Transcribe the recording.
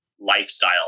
lifestyle